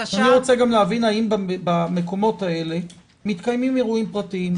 אני גם רוצה להבין האם במקומות האלה מתקיימים פרטיים?